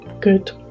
good